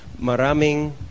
maraming